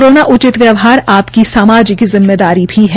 corona उचित व्यवहार आपकी समाजिक जिम्मेदारी भी है